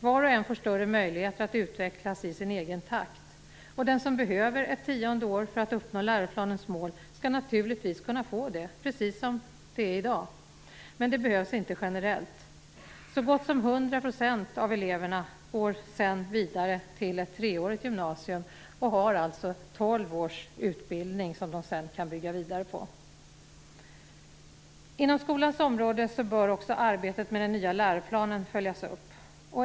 Var och en får större möjligheter att utvecklas i sin egen takt. Den som behöver ett tionde år för att uppnå läroplanens mål skall naturligtvis kunna få det, precis som i dag. Men det behövs inte generellt. Så gott som 100 % av eleverna går sedan vidare till ett treårigt gymnasium och har alltså tolv års utbildning som de sedan kan bygga vidare på. Inom skolans område bör också arbetet med den nya läroplanen följas upp.